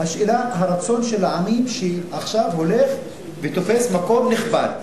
השאלה היא הרצון של העמים שעכשיו הולך ותופס מקום נכבד.